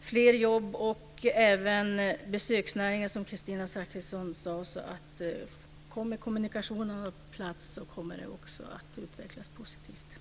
fler jobb. Jag tänker även på besöksnäringen, som Kristina Zakrisson tog upp. Kommer kommunikationerna på plats kommer det också att utvecklas positivt.